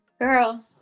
girl